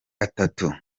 atatu